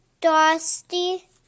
dusty